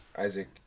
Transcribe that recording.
Isaac